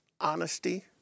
honesty